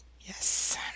Yes